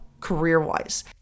career-wise